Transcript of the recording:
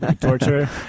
Torture